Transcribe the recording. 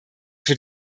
für